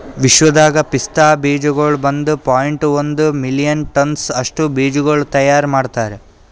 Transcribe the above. ವಿಶ್ವದಾಗ್ ಪಿಸ್ತಾ ಬೀಜಗೊಳ್ ಒಂದ್ ಪಾಯಿಂಟ್ ಒಂದ್ ಮಿಲಿಯನ್ ಟನ್ಸ್ ಅಷ್ಟು ಬೀಜಗೊಳ್ ತೈಯಾರ್ ಮಾಡ್ತಾರ್